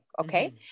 okay